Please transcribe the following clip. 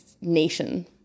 nation